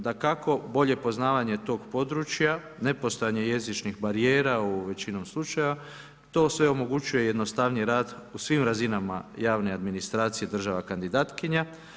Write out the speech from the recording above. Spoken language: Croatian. Dakako, bolje poznavanje tog područja nepostojanje jezičnih barijera u većinom slučajeva to sve omogućuje jednostavniji rad u svim razinama javne administracije država kandidatkinja.